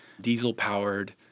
diesel-powered